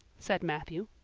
said matthew.